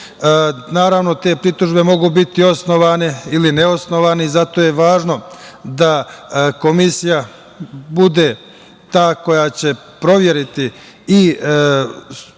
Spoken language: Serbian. Naravno, te pritužbe mogu biti osnovane ili ne osnovane i zato je važno da komisija bude ta koja će proveriti i učestvovati